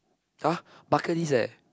!huh! bucket list eh